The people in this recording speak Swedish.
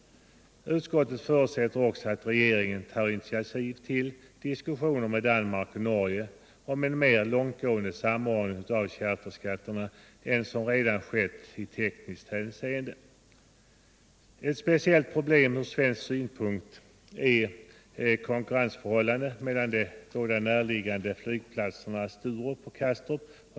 Utskottet förutsätter också att regeringen tar initiativ till diskussioner med Danmark och Norge om en mer långtgående samordning av charterskatterna än den som nu har skett i tekniskt hänseende. Ett speciellt problem ur svensk synpunkt är, som redan nämnts, konkurrensförhållandet mellan de båda näraliggande flygplatserna Sturup och Kastrup.